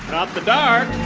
not the dark